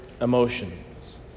emotions